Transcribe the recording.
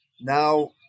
now